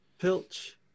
Pilch